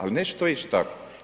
Ali neće to ići tako.